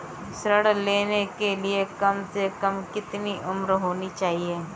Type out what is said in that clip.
ऋण लेने के लिए कम से कम कितनी उम्र होनी चाहिए?